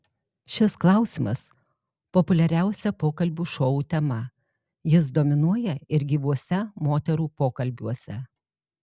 šis klausimas populiariausia pokalbių šou tema jis dominuoja ir gyvuose moterų pokalbiuose